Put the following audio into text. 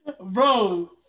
bro